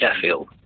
Sheffield